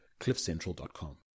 CliffCentral.com